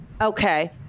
Okay